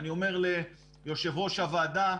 אני אומר ליושב-ראש הוועדה: